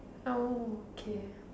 oh okay